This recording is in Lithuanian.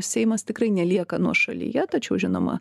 seimas tikrai nelieka nuošalyje tačiau žinoma